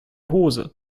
hose